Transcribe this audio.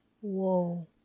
Whoa